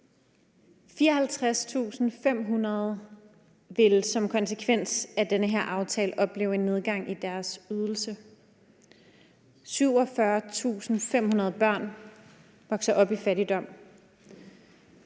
54.500 vil som konsekvens af denne her aftale opleve en nedgang i deres ydelse. 47.500 børn vokser op i fattigdom.